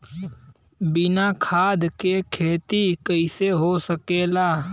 बिना खाद के खेती कइसे हो सकेला?